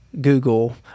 google